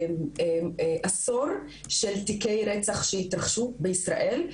לקחנו עשור של תיקי רצח שהתרחשו בישראל,